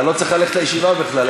אתה לא צריך ללכת לישיבה בכלל.